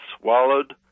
swallowed